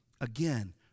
Again